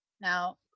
now